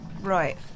right